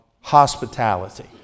hospitality